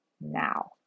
now